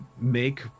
make